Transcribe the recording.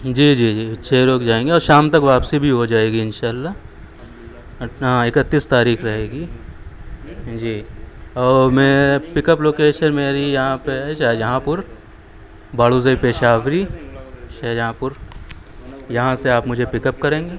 جی جی جی چھ لوگ جائیں گے اور شام تک واپسی بھی ہو جائے گی ان شاء اللہ اکتیس تاریخ رہے گی جی اور میں پک اپ لوکیشن میری یہاں پہ شاہجہاں پور باروزہ پیشہ وری شاہجہاں پور یہاں سے آپ مجھے پک اپ کریں گے